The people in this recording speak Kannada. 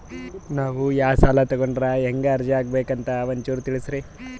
ನಾವು ಯಾ ಸಾಲ ತೊಗೊಂಡ್ರ ಹೆಂಗ ಅರ್ಜಿ ಹಾಕಬೇಕು ಅಂತ ಒಂಚೂರು ತಿಳಿಸ್ತೀರಿ?